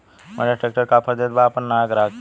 Mahindra tractor का offer देत बा अपना नया ग्राहक के?